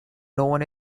known